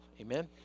Amen